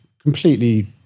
completely